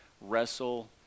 wrestle